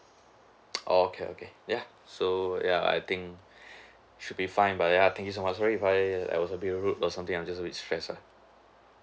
okay okay ya so ya I think should be fine but then I thank you so much sorry if I I was a bit rude or something I just a bit stress uh